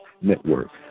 Network